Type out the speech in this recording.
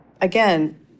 again